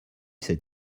cet